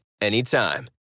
anytime